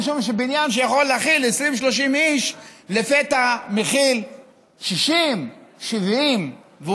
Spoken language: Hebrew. משום שבניין שיכול להכיל 20 30 איש לפתע מכיל 60 70 דיירים,